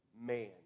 man